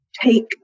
take